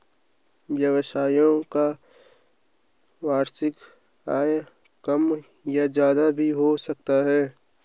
व्यवसायियों का वार्षिक आय कम या ज्यादा भी हो सकता है